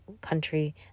country